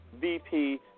VP